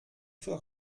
für